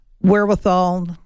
wherewithal